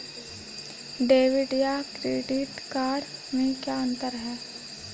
Debit या credit card में क्या अन्तर है?